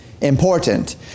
important